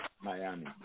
Miami